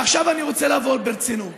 ועכשיו אני רוצה לדבר ברצינות.